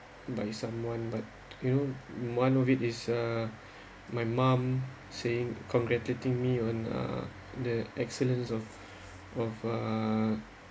but if someone but you know one of it is uh my mom saying congratulating me on uh the excellence of of